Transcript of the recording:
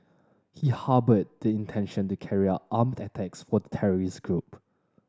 he harboured the intention to carry out armed attacks for the terrorist group